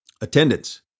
attendance